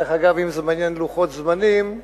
דרך אגב, אם לוחות זמנים מעניינים,